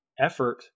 effort